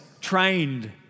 trained